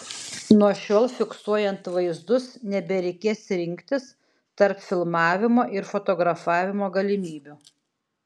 nuo šiol fiksuojant vaizdus nebereikės rinktis tarp filmavimo ir fotografavimo galimybių